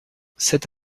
cette